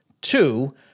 Two